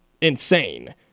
insane